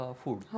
food